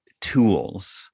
tools